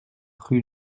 rue